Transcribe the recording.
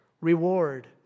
reward